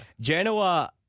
Genoa